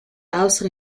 außer